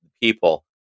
people